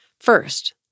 First